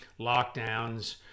lockdowns